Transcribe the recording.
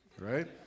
right